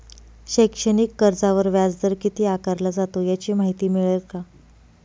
शैक्षणिक कर्जावर व्याजदर किती आकारला जातो? याची माहिती मिळेल का?